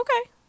Okay